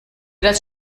das